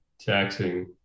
taxing